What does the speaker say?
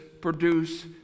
produce